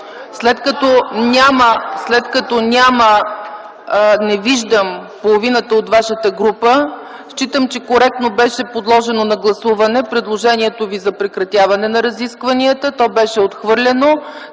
След като не виждам половината от вашата група, считам, че коректно беше подложено на гласуване предложението Ви за прекратяване на разискванията. То беше отхвърлено.